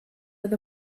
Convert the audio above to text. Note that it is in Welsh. oedd